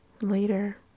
Later